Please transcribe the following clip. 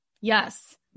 Yes